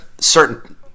certain –